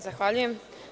Zahvaljujem.